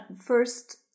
first